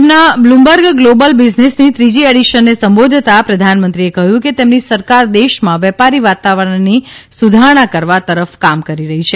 તેમના Bloomberg global બિઝનેસની ત્રીજી એડીશનને સંબોધતાં પ્રધાનમંત્રીએ કહ્યું કે તેમની સરકાર દેશમાં વેપારી વાતાવરણની સુધારણા કરવા તરફ કામ કરી રહી છે